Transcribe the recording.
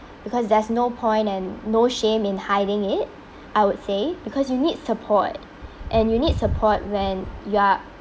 because there's no point and no shame in hiding it I would say because you need support and you need support when you are